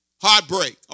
Heartbreak